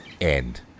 end